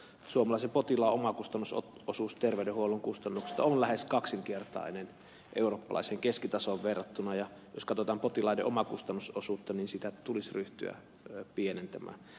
suomalaisen potilaan omakustannusosuus terveydenhuollon kustannuksista on lähes kaksinkertainen eurooppalaiseen keskitasoon verrattuna ja jos katsotaan potilaiden omakustannusosuutta niin sitä tulisi ryhtyä pienentämään